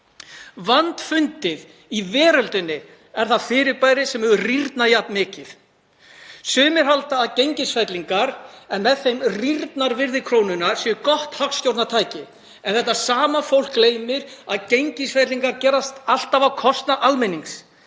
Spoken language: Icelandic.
Vandfundið í veröldinni er það fyrirbæri sem hefur rýrnað jafn mikið. Sumir halda að gengisfellingar, en með þeim rýrnar virði krónunnar, séu gott hagstjórnartæki en þetta sama fólk gleymir að gengisfellingar gerast alltaf á kostnað almennings.